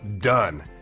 done